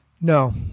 no